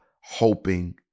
hoping